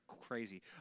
crazy